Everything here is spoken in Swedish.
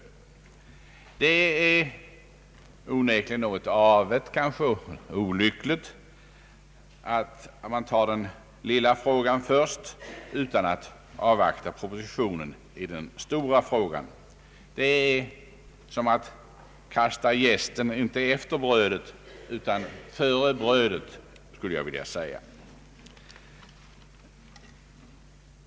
Det är onekligen något avigt och kanske olyckligt att man tar den lilla frågan först utan att avvakta propositionen i den stora frågan; det är som att kasta jästen inte efter brödet utan före brödet.